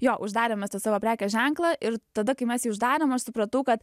jo uždarėm mes tą savo prekės ženklą ir tada kai mes jį uždarėm aš supratau kad